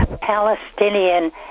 Palestinian